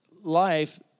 life